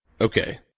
Okay